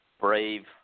brave